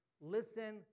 Listen